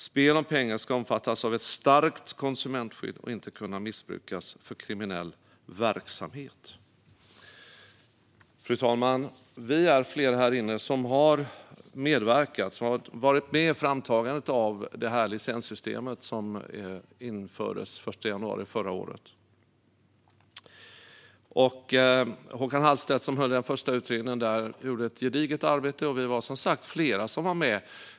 Spel om pengar ska omfattas av ett starkt konsumentskydd och inte kunna missbrukas för kriminell verksamhet. Fru talman! Vi är flera här inne som har varit med i framtagandet av det licenssystem som infördes den 1 januari förra året. Håkan Hallstedt, som höll i den första utredningen, gjorde ett gediget arbete, och vi var som sagt flera som var med.